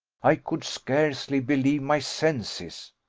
i could scarcely believe my senses.